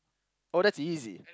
oh that's easy